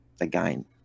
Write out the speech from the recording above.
again